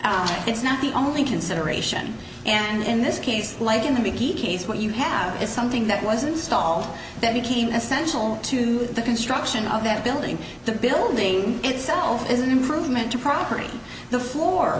it's not the only consideration and in this case like in to be case what you have is something that was installed that became essential to the construction of that building the building itself is an improvement to property the floor